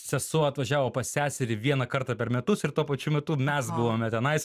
sesuo atvažiavo pas seserį vieną kartą per metus ir tuo pačiu metu mes buvome tenais